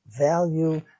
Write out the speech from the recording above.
value